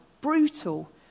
brutal